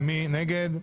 מי נגד?